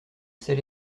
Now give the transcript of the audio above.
sais